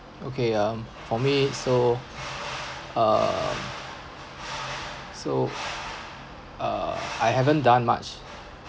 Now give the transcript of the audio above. okay um for me so uh so uh I haven't done much